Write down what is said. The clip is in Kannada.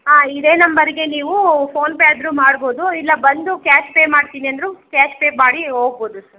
ಹಾಂ ಇದೇ ನಂಬರ್ಗೆ ನೀವು ಫೋನ್ಪೇ ಆದ್ರೂ ಮಾಡ್ಬೋದು ಇಲ್ಲ ಬಂದು ಕ್ಯಾಶ್ ಪೇ ಮಾಡ್ತೀನಿ ಅಂದ್ರೂ ಕ್ಯಾಶ್ ಪೇ ಮಾಡಿ ಹೋಗ್ಬೋದು ಸರ್